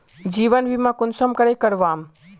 जीवन बीमा कुंसम करे करवाम?